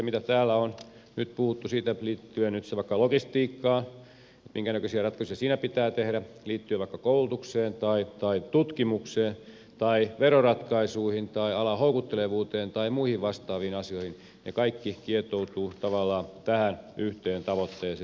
kun täällä on nyt puhuttu siitä liittyen nyt sitten vaikka logistiikkaan minkänäköisiä ratkaisuja siinä pitää tehdä liittyen vaikka koulutukseen tai tutkimukseen tai veroratkaisuihin tai alan houkuttelevuuteen tai muihin vastaaviin asioihin niin ne kaikki kietoutuvat tavallaan tähän yhteen tavoitteeseen